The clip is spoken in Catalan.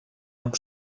amb